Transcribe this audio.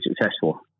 successful